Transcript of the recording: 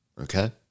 Okay